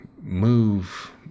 move